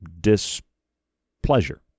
displeasure